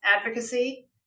advocacy